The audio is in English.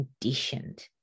conditioned